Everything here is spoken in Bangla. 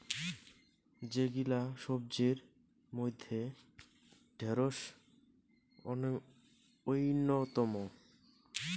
যেগিলা সবজির মইধ্যে ঢেড়স অইন্যতম